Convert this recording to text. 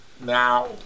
now